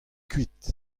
kuit